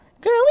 girl